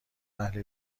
اهل